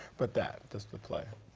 but that, that's the plan.